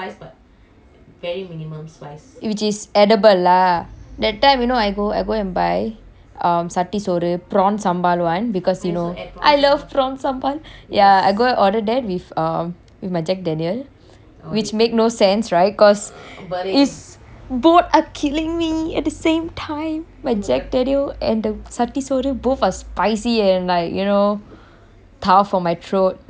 which is edible lah that time you know I go I go and buy um satti soru sorru prawn sambal one because you know I love prawn sambal ya I go order that with um with my jack daniel which make no sense right cause it's both are killing me at the same time my jack daniel and the satti soru sorru both are spicy and like you know power for my throat then I had to like ask them for like water